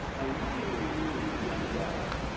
i immediately knew, beyond a doubt,